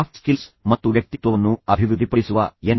soft skills ಮತ್ತು ವ್ಯಕ್ತಿತ್ವವನ್ನು ಅಭಿವೃದ್ಧಿಪಡಿಸುವ ಎನ್